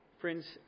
Friends